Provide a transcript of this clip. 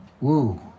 woo